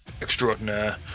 extraordinaire